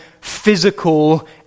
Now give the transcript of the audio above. physical